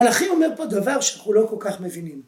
מלאכי אומר פה דבר שאנחנו לא כל כך מבינים.